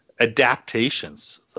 adaptations